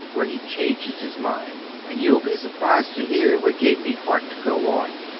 where he changes his mind. and you'll be surprised to hear what gave me heart to go on.